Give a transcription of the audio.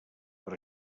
per